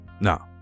no